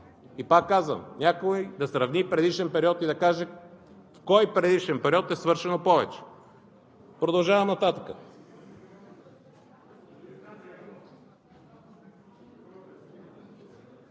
Повтарям, някой да сравни предишен период и да каже в кой предишен период е свършено повече. Продължавам нататък.